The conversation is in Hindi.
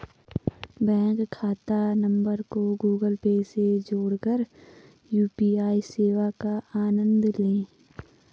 बैंक खाता नंबर को गूगल पे से जोड़कर यू.पी.आई सेवा का आनंद लें